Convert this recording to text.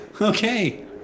Okay